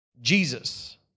Jesus